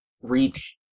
reach